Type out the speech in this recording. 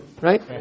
right